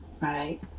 Right